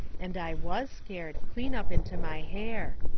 and i was scared clean up into my hair.